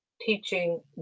teaching